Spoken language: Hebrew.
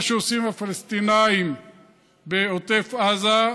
מה שעושים הפלסטינים בעוטף עזה,